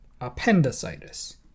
appendicitis